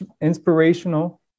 inspirational